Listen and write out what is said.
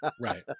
Right